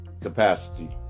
capacity